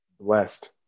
blessed